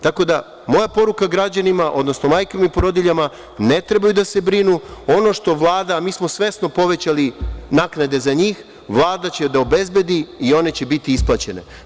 Tako da, moja poruka građanima, odnosno majkama i porodiljama – ne treba da se brinu, ono što Vlada, a mi smo svesno povećali naknade za njih, Vlada će da obezbedi i one će biti isplaćene.